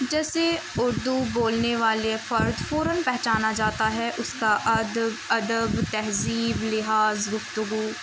جیسے اردو بولنے والے فرد فوراً پہچانا جاتا ہے اس کا ادب ادب تہذیب لحاظ گفتگو